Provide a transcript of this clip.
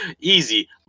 easy